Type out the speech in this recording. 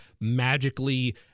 magically